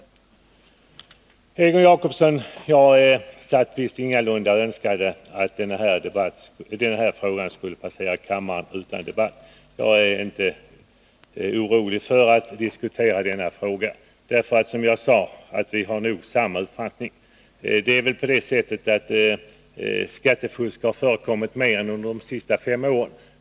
Till Egon Jacobsson vill jag säga att jag ingalunda önskade att den här frågan skulle passera kammaren utan debatt. Jag är inte orolig för att diskutera denna fråga. Som jag tidigare sade har vi nog samma uppfattning. Skattefusk har naturligtvis förekommit under mer än de senaste fem åren.